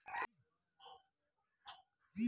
व्यापारी वाला लोनक सुरक्षित लोन समझाल जा छे